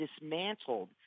dismantled